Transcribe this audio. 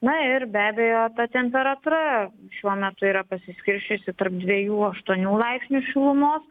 na ir be abejo ta temperatūra šiuo metu yra pasiskirsčiusi tarp dviejų aštuonių laipsnių šilumos